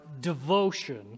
devotion